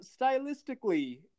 stylistically